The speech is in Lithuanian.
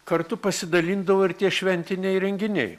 kartu pasidalindavo ir tie šventiniai renginiai